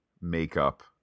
makeup